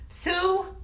Two